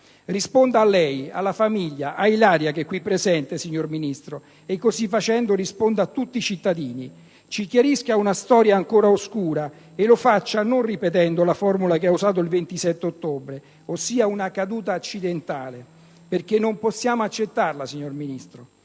Risponda lei, alla famiglia, a Ilaria che è qui presente, signor Ministro, e così facendo risponda a tutti i cittadini. Ci chiarisca una storia ancora oscura, e lo faccia non ripetendo la formula che ha usato il 27 ottobre - «una caduta accidentale» - perché non possiamo accettarla, signor Ministro;